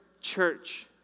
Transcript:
church